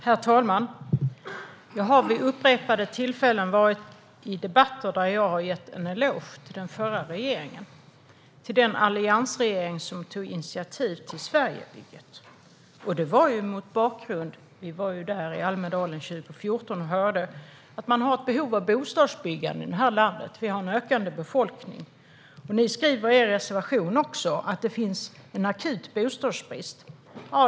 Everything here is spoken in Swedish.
Herr talman! Jag har vid upprepade tillfällen deltagit i debatter där jag har gett en eloge till den förra regeringen - till den alliansregering som tog initiativ till Sverigebygget. Bakgrunden var, som vi hörde i Almedalen 2014, att det finns ett behov av bostadsbyggande här i landet. Vi har en ökande befolkning. Ni skriver också i er reservation att det finns en akut bostadsbrist.